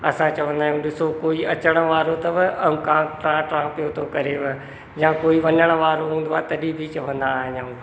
असां चवंदा आहियूं ॾिसो कोई अचणु वारो अथव ऐं कां कां कां पियो थो करे या कोई वञणु वारो हूंदो आहे तॾहिं बि चवंदा आहियूं